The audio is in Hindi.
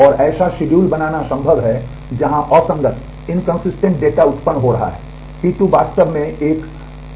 और ऐसा शेड्यूल बनाना संभव है जहां असंगत डेटा उत्पन्न हो रहा है T2 वास्तव में एक असंगत डेटा पढ़ रहा है